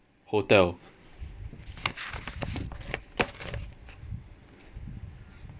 hotel